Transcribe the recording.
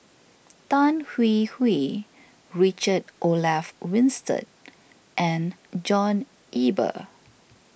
Tan Hwee Hwee Richard Olaf Winstedt and John Eber